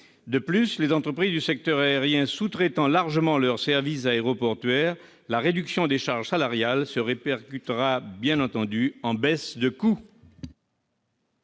De plus, les entreprises du secteur aérien sous-traitant largement leurs services aéroportuaires, la réduction des charges salariales se répercutera bien entendu en baisse des coûts.